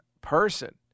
person